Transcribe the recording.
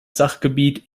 sachgebiet